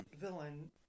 villain